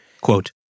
Quote